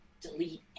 delete